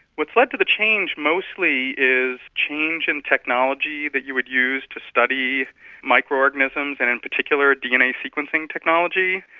what led to the change mostly is change in technology that you would use to study micro-organisms, and in particular dna sequencing technology.